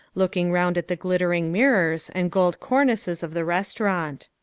looking round at the glittering mirrors and gold cornices of the restaurant.